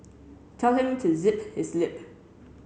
tell him to zip his lip